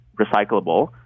recyclable